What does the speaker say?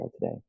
today